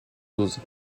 dose